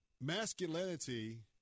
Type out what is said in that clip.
masculinity